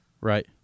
right